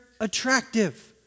attractive